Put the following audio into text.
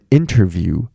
interview